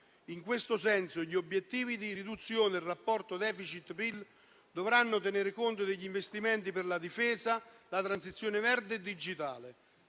In questo senso, gli obiettivi di riduzione del rapporto *deficit*-PIL dovranno tenere conto degli investimenti per la difesa e la transizione verde e digitale.